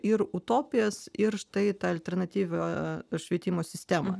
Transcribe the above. ir utopijas ir štai tą alternatyvią švietimo sistemą